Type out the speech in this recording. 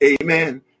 Amen